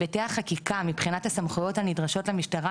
היבטי החקיקה מבחינת הסמכויות הנדרשות למשטרה,